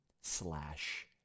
slash